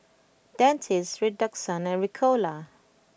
Dentiste Redoxon and Ricola